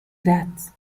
that